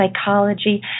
psychology